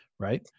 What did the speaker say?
Right